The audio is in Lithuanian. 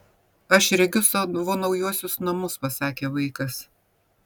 aš regiu savo naujuosius namus pasakė vaikas